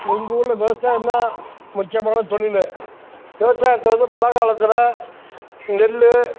எங்கள் ஊரில் விவசாயம் தான் முக்கியமான தொழிலு விவசாயத்துல மழை காலத்தில் நெல்